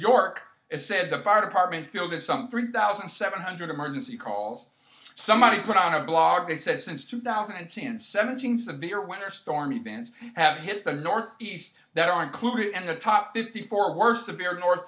york said the fire department feel that some three thousand seven hundred emergency calls somebody put on a blog they said since two thousand and ten seventeen severe winter storm events have hit the northeast that are included in the top fifty four worst of their north